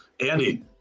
Andy